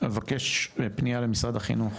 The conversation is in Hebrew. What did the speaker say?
אבקש בפנייה למשרד החינוך,